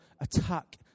attack